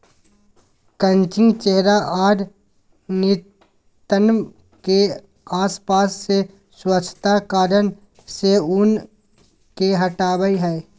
crutching चेहरा आर नितंब के आसपास से स्वच्छता कारण से ऊन के हटावय हइ